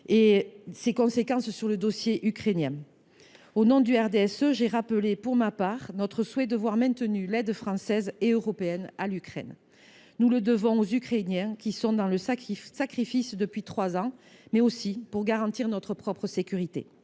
et ses conséquences sur le dossier ukrainien. Au nom du RDSE, j’ai pour ma part rappelé notre souhait de voir maintenue l’aide française et européenne à l’Ukraine. Nous le devons aux Ukrainiens, qui se sacrifient depuis trois ans, mais c’est nécessaire aussi pour garantir notre propre sécurité.